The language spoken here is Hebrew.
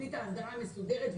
תוכנית ההסדרה המסודרת.